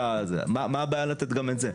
מה הבעיה לתת גם את זה?